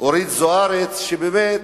אורית זוארץ, שבאמת